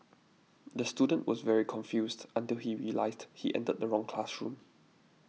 the student was very confused until he realised he entered the wrong classroom